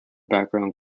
background